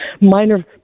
minor –